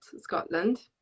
Scotland